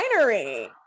winery